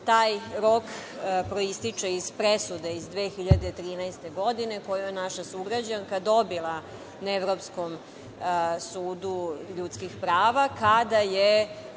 Taj rok proističe iz presude iz 2013. godine koju je naša sugrađanka dobila na Evropskom sudu za ljudska prava, kada je